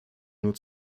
nur